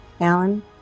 Alan